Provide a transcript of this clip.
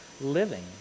living